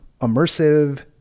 immersive